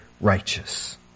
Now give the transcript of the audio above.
righteous